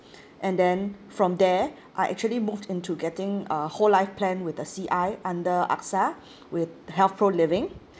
and then from there I actually moved into getting a whole life plan with a C_I under AXA with health pro living